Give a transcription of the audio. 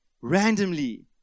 randomly